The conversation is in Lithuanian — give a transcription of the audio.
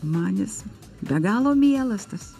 man jis be galo mielas tas